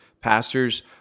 pastors